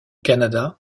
canada